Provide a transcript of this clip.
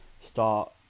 start